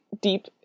deep